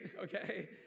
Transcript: Okay